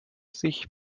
sich